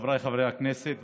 חבריי חברי הכנסת,